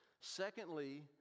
Secondly